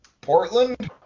Portland